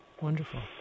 Wonderful